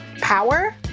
power